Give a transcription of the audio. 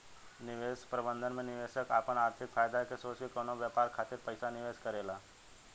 निवेश प्रबंधन में निवेशक आपन आर्थिक फायदा के सोच के कवनो व्यापार खातिर पइसा निवेश करेला